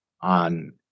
on